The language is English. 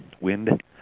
wind